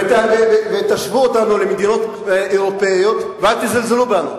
ותשוו אותנו למדינות אירופיות ואל תזלזלו בנו.